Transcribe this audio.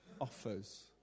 offers